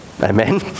Amen